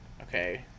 Okay